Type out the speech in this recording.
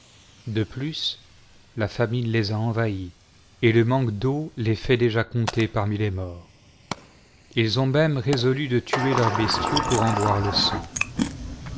de plus la famine les a envahis et le manque d'eau les fait déjà compter parmi les morts ils ont même résolu de tuer leurs bestiaux pour en boire le sang